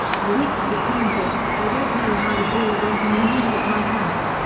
nowitzki commented i don't know how the ball went in. manu hit my hand.